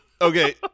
Okay